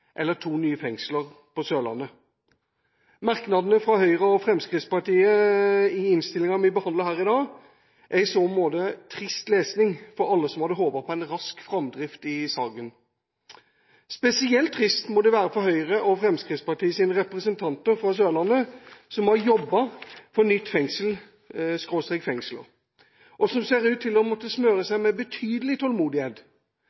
eller to nye fengsler på Sørlandet. Merknadene fra Høyre og Fremskrittspartiet i innstillinga vi behandler her i dag, er i så måte trist lesning for alle som hadde håpet på rask framdrift i saken. Spesielt trist må det være for Høyre og Fremskrittspartiets representanter fra Sørlandet som har jobbet for et nytt fengsel, eller nye fengsler, og som ser ut til å måtte smøre